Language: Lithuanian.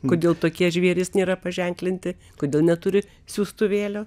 kodėl tokie žvėrys nėra paženklinti kodėl neturi siųstuvėlio